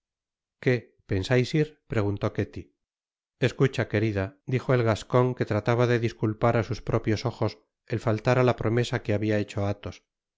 qué pensais ir preguntó ketty escucha querida dijo el gascon que trataba de disculpar á sus propios ojos el faltar á la promesa que habia hecho á athos